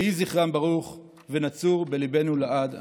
יהי זכרם ברוך ונצור בליבנו לעד.